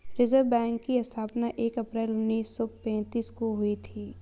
reserve Bank की स्थापना एक अप्रैल उन्नीस सौ पेंतीस को हुई थी